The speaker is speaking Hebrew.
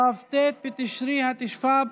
כ"ט בתשרי התשפ"ב,